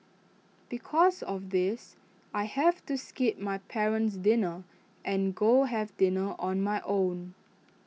because of this I have to skip my parent's dinner and go have dinner on my own